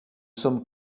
sommes